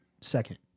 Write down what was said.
second